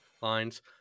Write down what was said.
lines